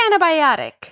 antibiotic